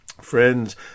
Friends